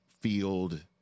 field